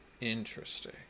Interesting